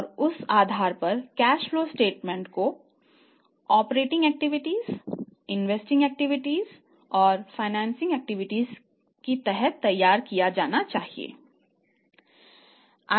या क्या इन्वेस्टिंग एक्टिविटीजके तहत तैयार किया जाना चाहिए